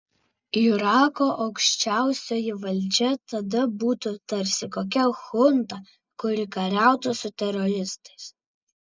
irako aukščiausioji valdžia tada būtų tarsi kokia chunta kuri kariautų su teroristais